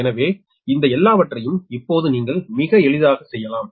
எனவே இந்த எல்லாவற்றையும் இப்போது நீங்கள் மிக எளிதாக செய்யலாம்